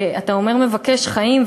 אתה אומר "מבקשי חיים",